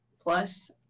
plus